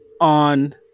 on